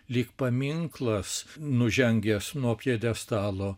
lyg paminklas nužengęs nuo pjedestalo